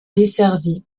desservi